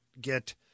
get